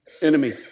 enemy